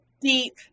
Deep